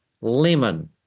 lemon